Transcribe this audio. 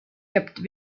kept